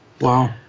Wow